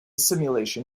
simulation